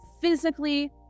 physically